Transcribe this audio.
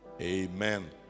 Amen